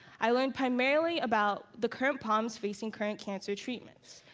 i learned primarily about the current problems facing current cancer treatments.